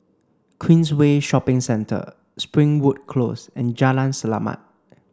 Queensway Shopping Centre Springwood Close and Jalan Selamat